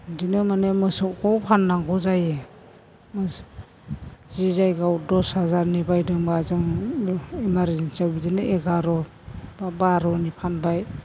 बिदिनो माने मोसौखौ फाननांगौ जायो जि जायगायाव दस हाजारनि बायदोंबा जों इमार्जेन्सियाव बिदिनो एगार' बा बार'नि फानबाय